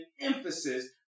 emphasis